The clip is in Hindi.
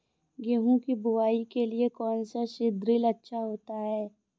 गेहूँ की बुवाई के लिए कौन सा सीद्रिल अच्छा होता है?